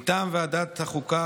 מטעם ועדת החוקה,